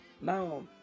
Now